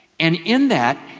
and in that,